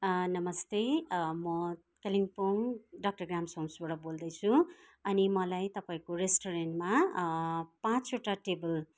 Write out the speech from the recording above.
नमस्ते म Kalimpong doctor Graham's होम्सबाट बोल्दैछु अनि मलाई तपाईँको रेस्ट्रुरेन्टमा पाँचवटा टेबल